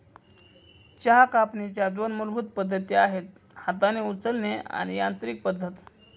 चहा कापणीच्या दोन मूलभूत पद्धती आहेत हाताने उचलणे आणि यांत्रिकी पद्धत